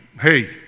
hey